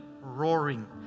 roaring